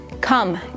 Come